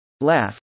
Laugh